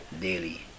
daily